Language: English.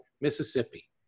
Mississippi